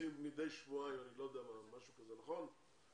עושים מדי שבועיים, משהו כזה, נכון?